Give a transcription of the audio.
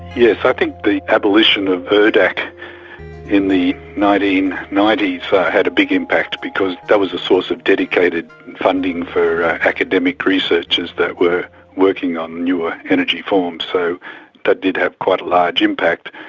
yes, i think the abolition of erdac in the nineteen ninety s had a big impact, because that was a source of dedicated funding for academic researchers that were working on newer energy forms, so that did have quite a large impact,